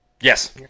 Yes